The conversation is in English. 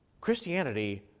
Christianity